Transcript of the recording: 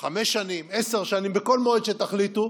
חמש שנים, עשר שנים, בכל מועד שתחליטו,